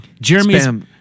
Jeremy